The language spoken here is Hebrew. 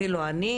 אפילו אני,